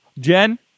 Jen